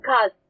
cause